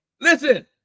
Listen